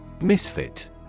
Misfit